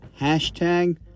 hashtag